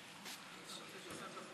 הנושא לוועדת הכספים נתקבלה.